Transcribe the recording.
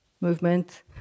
movement